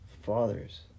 Fathers